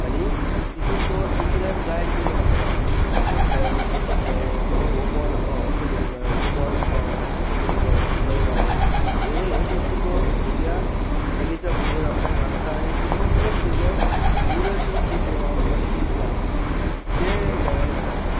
आनी तितून तो दुसऱ्यांक गायड करूंक लागता असो खेळ्ळें तसो खेळ्ळे हो हो बॉल असो घेवूंक जाय हो बॉल असो करूंक जाय तूं थंय राव रे हे हे गोश्टी तो भुरग्यांक देगेच्या भुरग्यांक आपल्याक सांगता आनी तितूनसुनूच तेजो लिडरशीप जी कॉलिटीज जे आहा ते डॅवलप जातात